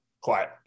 quiet